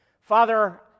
Father